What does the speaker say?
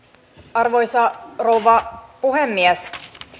arvoisa rouva puhemies